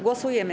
Głosujemy.